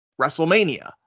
WrestleMania